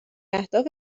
اهداف